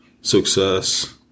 success